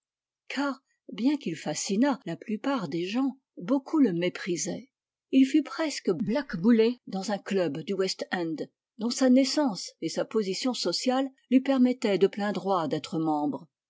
car bien qu'il fascinât la plupart des gens beaucoup le méprisaient il fut presque blackboulé dans un club du west end dont sa naissance et sa position sociale lui permettaient de plein droit d'être membre